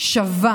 שווה